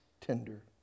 tender